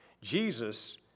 Jesus